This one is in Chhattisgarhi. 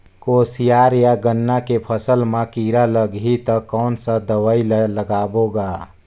कोशियार या गन्ना के फसल मा कीरा लगही ता कौन सा दवाई ला लगाबो गा?